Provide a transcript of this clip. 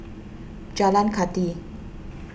Jalan Kathi